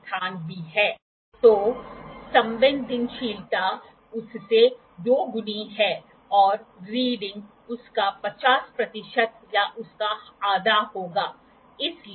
L दिया गया है इसलिए हम जानते हैं h इक्वल टू L गुणा sin θ तो h कुछ नहीं 100 sin 14 डिग्री है तो यह कुछ और नहीं बल्कि 100 गुणा 0241 कुछ ऐसा ही है तो यह 241 19 है तो 19 मिलीमीटर यह h होगा ठीक है